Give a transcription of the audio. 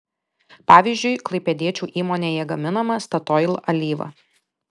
pavyzdžiui klaipėdiečių įmonėje gaminama statoil alyva